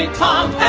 tom